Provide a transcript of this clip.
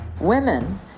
Women